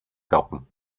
garten